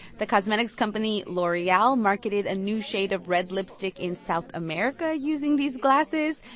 the cosmetics company l'oreal marketed a new shade of red lipstick in south america using these glasses.